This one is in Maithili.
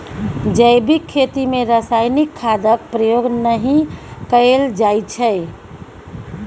जैबिक खेती मे रासायनिक खादक प्रयोग नहि कएल जाइ छै